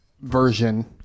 version